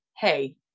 hey